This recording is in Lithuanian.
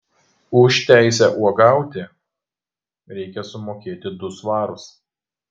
už teisę uogauti reikia sumokėti du svarus